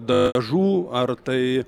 dažų ar tai